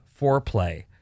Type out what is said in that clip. foreplay